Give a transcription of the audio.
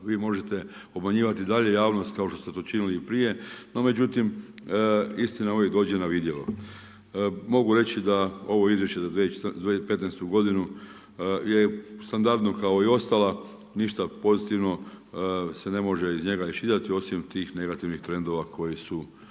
Vi možete obmanjivati dalje javnost kao što ste to činili i prije no međutim istina uvijek dođe na vidjelo. Mogu reći da ovo izvješće za 2015. godinu je standardno kao i ostala, ništa pozitivno se ne može iz njega iščitati osim tih negativnih trendova koji su